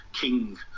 king